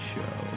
Show